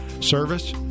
Service